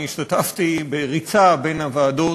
אני השתתפתי בריצה בין הוועדות.